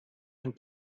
and